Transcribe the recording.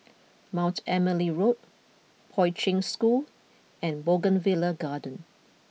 Mount Emily Road Poi Ching School and Bougainvillea Garden